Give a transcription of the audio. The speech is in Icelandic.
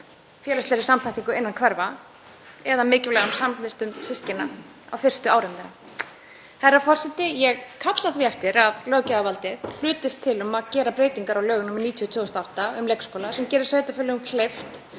félagslegri samþættingu innan hverfa eða mikilvægum samvistum systkina á fyrstu árum þeirra. Herra forseti. Ég kalla því eftir að löggjafarvaldið hlutist til um að gera breytingar á lögum nr. 90/2008, um leikskóla, sem geri sveitarfélögum kleift